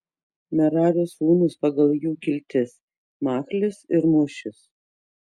merario sūnūs pagal jų kiltis machlis ir mušis